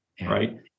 right